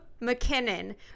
McKinnon